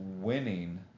winning